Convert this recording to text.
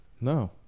no